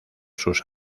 sus